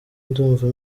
ndumva